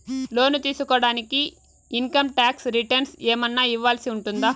లోను తీసుకోడానికి income tax returns ఏమన్నా ఇవ్వాల్సి ఉంటుందా